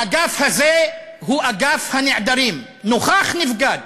האגף הזה הוא אגף הנעדרים, נוכח-נפקד,